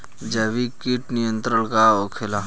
जैविक कीट नियंत्रण का होखेला?